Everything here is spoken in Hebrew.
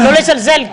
לא לזלזל,